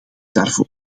daarvoor